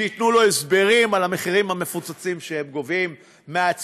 שייתנו לו הסברים על המחירים המפוצצים שהם גובים מהציבור,